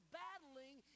battling